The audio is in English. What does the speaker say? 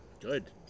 Good